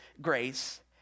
grace